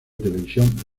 televisión